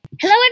Hello